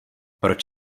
proč